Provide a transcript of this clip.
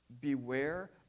beware